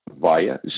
via